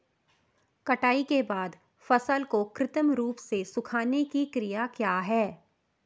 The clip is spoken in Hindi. कटाई के बाद फसल को कृत्रिम रूप से सुखाने की क्रिया क्या है?